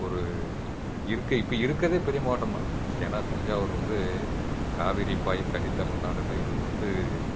ஒரு இருக்கற இப்போ இருக்கிறதே பெரிய மாவட்டம் தான் ஏன்னா தஞ்சாவூர் வந்து காவேரி பாயும் கன்னத்தமிழ்நாடுன்னு இவர் வந்து